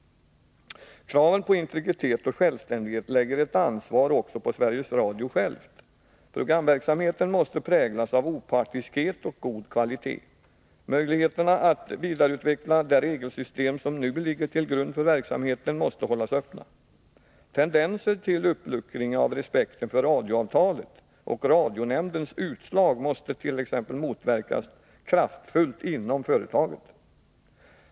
Kraven på integritet och självständighet lägger ett ansvar också på Sveriges Radio självt. Programverksamheten måste präglas av opartiskhet och god kvalitet. Möjligheterna att vidareutveckla det regelsystem som nu ligger till grund för verksamheten måste hållas öppna. Tendenser till uppluckring av respekten för radioavtalet och radionämndens utslag måste t.ex. motverkas kraftfullt inom företaget.